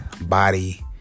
body